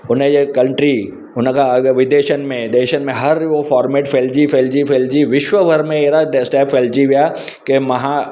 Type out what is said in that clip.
हुनजा कंट्री हुन खां अॻु विदेशनि में देशनि में हर उहो फॉर्मेट फैलिजी फैलिजी फैलिजी विश्व भर में अहिड़ा स्टैप फैलिजी विया के महा